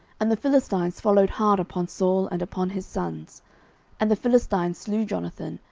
and the philistines followed hard upon saul and upon his sons and the philistines slew jonathan,